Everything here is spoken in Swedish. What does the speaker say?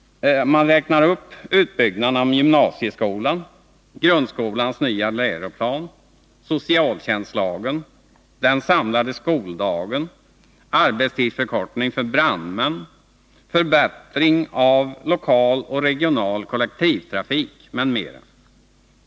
Man räknar upp utbyggnaden av gymnasieskolan, grundskolans nya läroplan, socialtjänstlagen, den samlade skoldagen, arbetstidsförkortning för brandmän, förbättring av lokal och regional kollektivtrafik m.m.